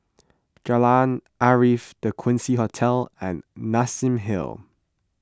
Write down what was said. Jalan Arif the Quincy Hotel and Nassim Hill